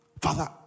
Father